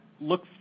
look